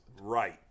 Right